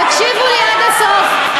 תקשיבו לי עד הסוף.